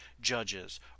Judges